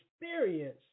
experience